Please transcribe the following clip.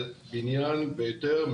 בניין בהיתר,